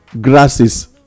grasses